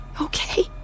Okay